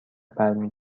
برمی